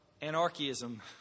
anarchism